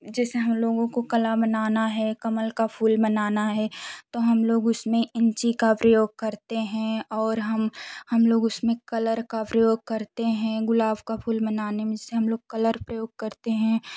जैसे हम लोगों को कला बनाना है कमल का फूल बनाना है तो हम लोग उसमें इंची का प्रयोग करते हैं और हम हम लोग उसमें कलर का उपयोग करते हैं गुलाब का फूल बनाने में जैसे हम लोग कलर प्रयोग करते हैं